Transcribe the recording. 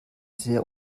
sehr